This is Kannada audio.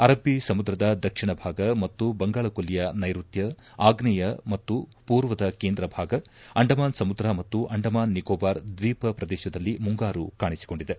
ಅರಬ್ಬ ಸಮುದ್ರದ ದಕ್ಷಿಣ ಭಾಗ ಮತ್ತು ಬಂಗಾಳಕೊಲ್ಲಿಯ ನೈರುತ್ಯ ಆಗ್ನೇಯ ಮತ್ತು ಪೂರ್ವದ ಕೇಂದ್ರ ಭಾಗ ಅಂಡಮಾನ್ ಸಮುದ್ರ ಮತ್ತು ಅಂಡಮಾನ್ ನಿಕೋಬಾರ್ ದ್ವೀಪ ಪ್ರದೇಶದಲ್ಲಿ ಮುಂಗಾರು ಕಾಣಿಸಿಕೊಂಡಿದೆ